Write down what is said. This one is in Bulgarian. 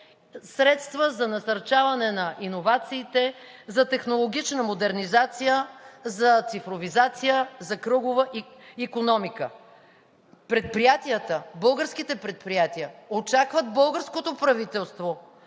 средства за насърчаване на иновациите, за технологична модернизация, за цифровизация, за кръгова икономика. Българските предприятия очакват българското правителство